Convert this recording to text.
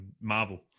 Marvel